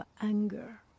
anger